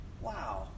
wow